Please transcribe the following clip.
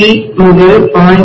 3 முதல் 0